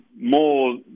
more